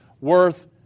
worth